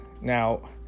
now